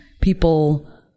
people